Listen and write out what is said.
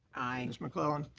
aye. ms. mcclellan.